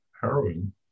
heroin